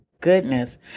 goodness